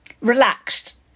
relaxed